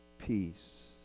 peace